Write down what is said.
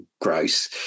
gross